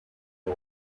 the